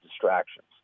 distractions